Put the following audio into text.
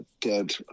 dead